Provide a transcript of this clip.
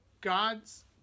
God's